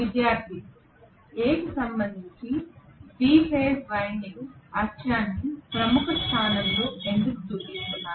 విద్యార్థి A కి సంబంధించి B ఫేజ్ వైండింగ్ అక్షాన్ని ప్రముఖ స్థానంలో ఎందుకు చూపిస్తున్నారు